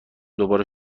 دوباره